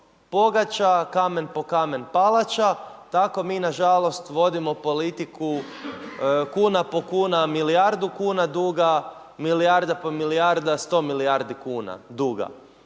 pogača, kamen po kamen – palača, tako mi nažalost vodimo politiku kuna po kuna – milijardu kuna duga, milijarda po milijarda – sto milijardi kuna duga.